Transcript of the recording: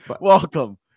Welcome